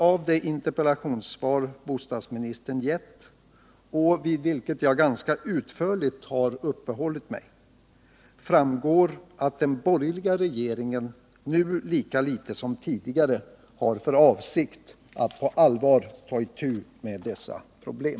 Av det interpellationssvar bostadsministern gett och vid vilket jag ganska utförligt har uppehållit mig framgår att den borgerliga regeringen nu lika litet som tidigare har för avsikt att på allvar ta itu med dessa problem.